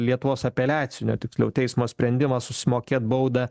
lietuvos apeliacinio tiksliau teismo sprendimas susimokėt baudą